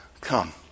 Come